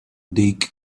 dig